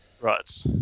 right